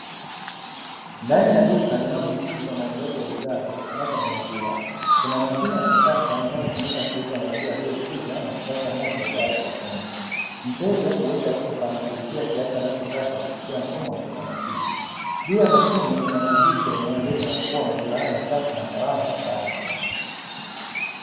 Ndani ya duka linalojihusisha na uuzwaji wa bidhaa zitokanazo na maziwa, kuna mashine ya kisasa inayotumika kuuza maziwa yaliyochujwa na kupashwa moto tayari kwa kunywa. Mteja huweka chupa na kulipia kiasi anachotaka kupitia mfumo wa kiautomatiki, juu ya mashine kuna maandishi yanayoeleza kuwa maziwa haya ni safi na salama kwa afya.